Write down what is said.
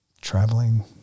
traveling